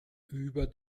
über